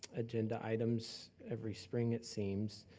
agenda items every spring it seems,